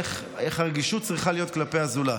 איך הרגישות צריכה להיות כלפי הזולת.